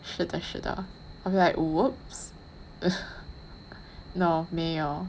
是的是的 I'll be like !oops! no 没有